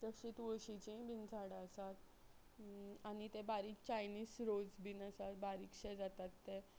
तशी तुळशीची बीन झाडां आसात आनी ते बारीक चायनीस रोज बीन आसात बारीकशे जातात ते